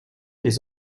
des